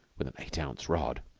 with an eight-ounce rod.